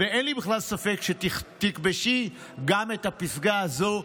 ואין לי ספק בכלל שתכבשי גם את הפסגה הזו.